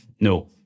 No